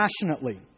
passionately